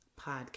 podcast